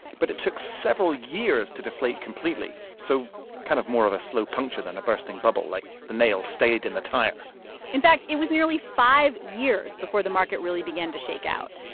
but it took several years to deflate completely so kind of more of a slow puncture than a bursting bubble, like the nail stayed in the tire in fact, it was nearly five years before the market really began to shake out.